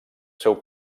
seu